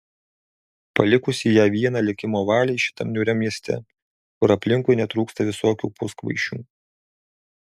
palikusi ją vieną likimo valiai šitam niūriam mieste kur aplinkui netrūksta visokių puskvaišių